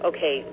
Okay